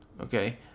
okay